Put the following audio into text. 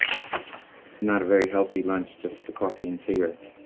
it's not a very healthy lunch just the coffee and cigarettes.